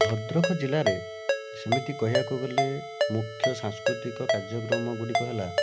ଭଦ୍ରକ ଜିଲ୍ଲାରେ ସେମିତି କହିବାକୁ ଗଲେ ମୁଖ୍ୟ ସାଂସ୍କୃତିକ କାର୍ଯ୍ୟକ୍ରମ ଗୁଡ଼ିକ ହେଲା